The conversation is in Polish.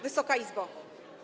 Wysoka Izbo!